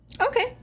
Okay